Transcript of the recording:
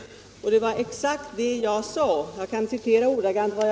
Men det var exakt vad jag sade. Jag kan här återge det ordagrant.